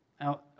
Now